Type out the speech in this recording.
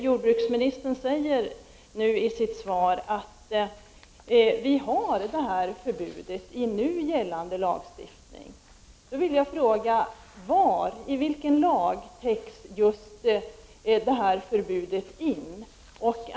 Jordbruksministern säger i sitt svar att det finns ett förbud i nu gällande lagstiftning. Jag vill då fråga: Var? I vilken lag finns förbudet?